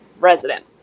resident